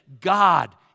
God